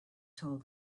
told